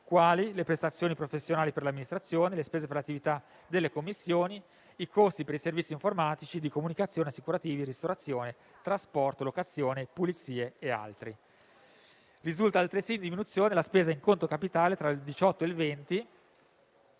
quali le prestazioni professionali per l'amministrazione, le spese per attività delle Commissioni, i costi per i servizi informatici, di comunicazione, assicurativi, ristorazione, trasporto, locazione, pulizie e altri. Risulta altresì in diminuzione la spesa in conto capitale tra il 2018 e il 2020,